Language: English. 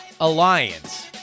Alliance